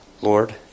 Lord